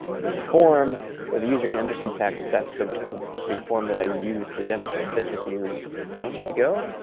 and there's a form where the user can enter some text. that's the the form that i used to demonstrate this a few moments ago.